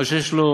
או שיש לו